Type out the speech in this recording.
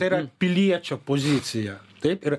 tai yra piliečio pozicija taip ir